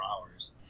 hours